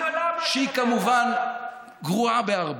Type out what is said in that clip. שהיא כמובן גרועה בהרבה,